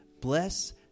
Bless